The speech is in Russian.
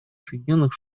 соединенных